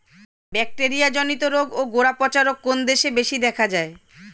Bacteria জনিত রোগ ও গোড়া পচা রোগ কোন দেশে বেশি দেখা যায়?